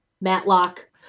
Matlock